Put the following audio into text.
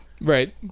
Right